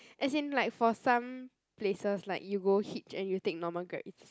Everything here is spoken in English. as in like for some places like you go hitch and you take normal Grab it's